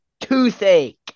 Toothache